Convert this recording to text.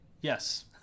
Yes